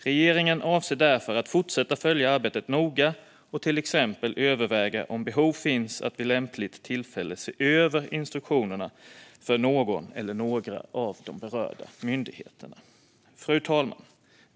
Regeringen avser därför att fortsätta följa arbetet noga och till exempel överväga om behov finns av att vid lämpligt tillfälle se över instruktionerna för någon eller några av de berörda myndigheterna. Fru talman!